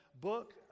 book